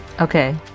Okay